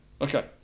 Okay